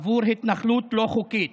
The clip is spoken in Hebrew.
בעבור התנחלות לא חוקית.